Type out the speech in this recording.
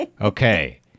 Okay